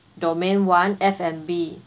domain one F&B